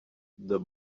the